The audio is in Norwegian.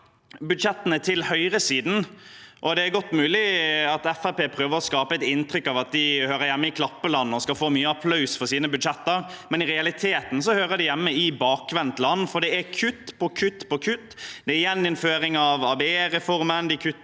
budsjettene til høyresiden, er det godt mulig at Fremskrittspartiet prøver å skape et inntrykk av at de hører hjemme i klappeland og skal få mye applaus for sine budsjetter, men i realiteten hører de hjemme i bakvendtland, for det er kutt på kutt på kutt. Det er gjeninnføring av ABE-reformen,